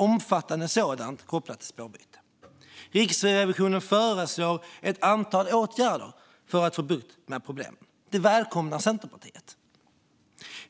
omfattande fusk kopplat till spårbyte. Riksrevisionen föreslår därför ett antal åtgärder för att få bukt med problemet, och Centerpartiet välkomnar detta.